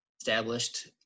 established